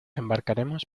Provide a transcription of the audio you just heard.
embarcaremos